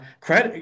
credit